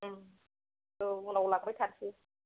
ओं औ उनाव लाबोबाय थानोसै